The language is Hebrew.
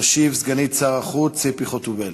תשיב סגנית שר החוץ ציפי חוטובלי.